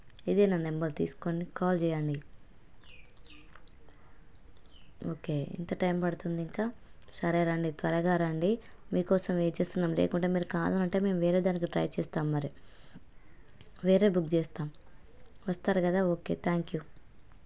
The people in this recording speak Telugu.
ఇదే నా నెంబర్ తీసుకోండి కాల్ చేయండి ఓకే ఎంత టైమ్ పడుతుంది ఇంకా సరే రండి త్వరగా రండి మీ కోసం వేచిస్తున్నాం లేకుంటే మీరు కాదని అంటే మేము వేరే దానికి ట్రై చేస్తాం మరి వేరే బుక్ చేస్తాం వస్తారు కదా ఓకే థ్యాంక్ యూ